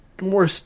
more